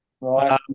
Right